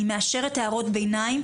אני מאשרת הערות ביניים,